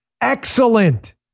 Excellent